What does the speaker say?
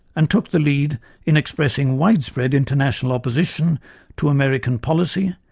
and took the lead in expressing widespread international opposition to american policy,